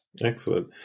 excellent